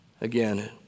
Again